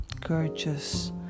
gorgeous